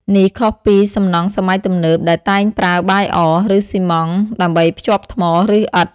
នេះខុសពីសំណង់សម័យទំនើបដែលតែងប្រើបាយអ ឬស៊ីម៉ងត៍ដើម្បីភ្ជាប់ថ្ម ឬឥដ្ឋ។